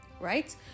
right